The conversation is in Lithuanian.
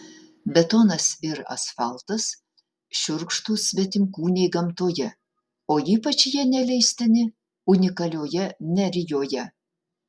betonas ir asfaltas šiurkštūs svetimkūniai gamtoje o ypač jie neleistini unikalioje nerijoje